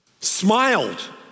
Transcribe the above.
smiled